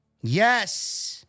Yes